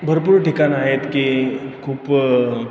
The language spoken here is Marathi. भरपूर ठिकाणं आहेत की खूप